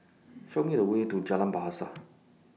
Show Me The Way to Jalan Bahasa